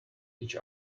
each